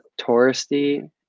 touristy